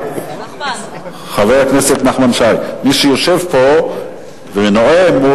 מי שיושב פה ונואם,